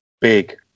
big